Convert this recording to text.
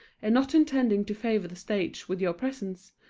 and not intending to favor the stage with your presence,